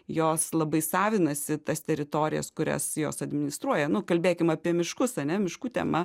jos labai savinasi tas teritorijas kurias jos administruoja nu kalbėkim apie miškus ane miškų tema